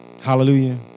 hallelujah